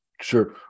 Sure